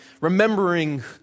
remembering